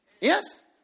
Yes